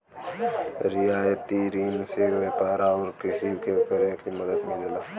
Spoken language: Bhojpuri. रियायती रिन से व्यापार आउर कृषि करे में मदद मिलला